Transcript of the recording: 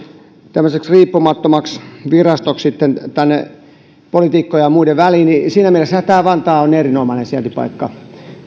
tämmöiseksi riippumattomaksi virastoksi tänne poliitikkojen ja muiden väliin ja siinä mielessähän vantaa on erinomainen sijaintipaikka